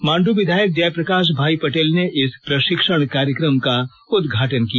मांड् विधायक जयप्रकाश भाई पटेल ने इस प्रशिक्षण कार्यक्रम का उद्घाटन किया